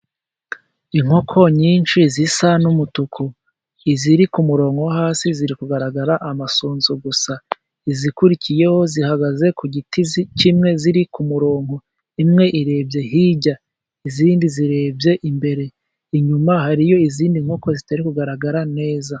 Inkoko nyinshi zisa n’umutuku. Iziri ku murongo wo hasi zigaragaza amasunzu gusa. Izikurikiyeho zihagaze ku giti kimwe, ziri ku murongo, imwe ireba hirya, izindi zireba imbere. Inyuma hari izindi nkoko zitari kugaragara neza.